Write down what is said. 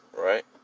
right